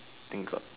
think got